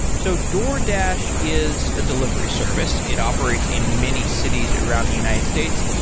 so doordash is a delivery service. it operates in many cities around the united states.